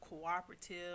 cooperative